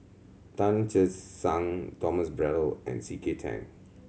Tan Che Sang Thomas Braddell and C K Tang